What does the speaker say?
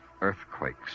earthquakes